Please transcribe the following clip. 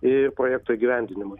ir projekto įgyvendinimui